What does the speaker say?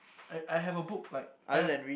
I I have book like I have